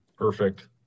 Perfect